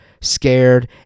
scared